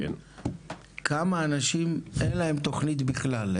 לכמה אנשים אין תוכנית בכלל?